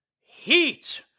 Heat